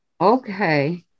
Okay